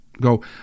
go